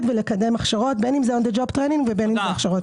ולקדם הכשרות בין on the job training ובין בהכשרות ישירות.